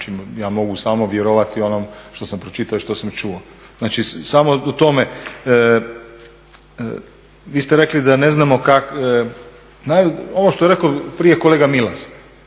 Znači ja mogu samo vjerovati onom što sam pročitao i što sam čuo. Znači samo o tome… Vi ste rekli da ne znamo, ovo što je rekao prije kolega Milas,